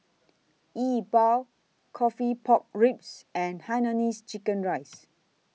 Yi Bua Coffee Pork Ribs and Hainanese Chicken Rice